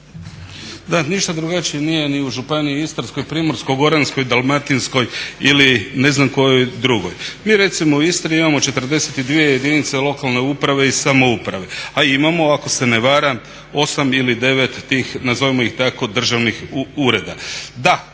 Da, ništa drugačije nije ni u županiji Istarskoj i Primorsko-goranskoj, Dalmatinskoj ili ne znam kojoj drugoj. Mi recimo u Istri imamo 42 jedinice lokalne uprave i samouprave, a imamo ako se ne varam 8 ili 9 tih nazovimo ih tako državnih ureda.